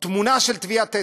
תמונה של טביעת אצבע.